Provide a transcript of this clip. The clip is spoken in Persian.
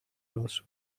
راسو